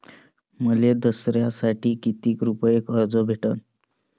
मले दसऱ्यासाठी कितीक रुपये कर्ज भेटन?